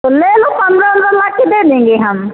तो ले लो पन्द्रह उन्द्रा लाख की दे देंगे हम